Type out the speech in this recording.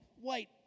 white